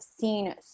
seen